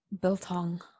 Biltong